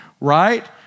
right